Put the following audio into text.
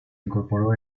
incorporó